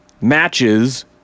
Matches